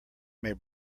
may